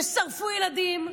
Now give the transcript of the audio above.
ושרפו ילדים,